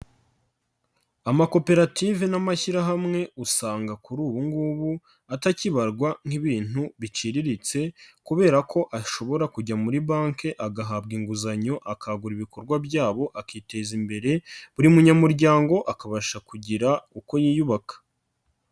Amakoperative n'amashyirahamwe usanga kuri ubu ngubu atakibarwa nk'ibintu biciriritse kubera ko ashobora kujya muri banki agahabwa inguzanyo, akagura ibikorwa byabo akiteza imbere, buri munyamuryango akabasha kugira uko yiyubaka.